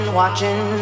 watching